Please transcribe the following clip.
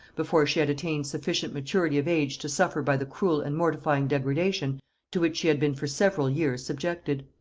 before she had attained sufficient maturity of age to suffer by the cruel and mortifying degradation to which she had been for several years subjected.